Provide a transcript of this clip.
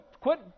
quit